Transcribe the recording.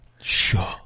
Sure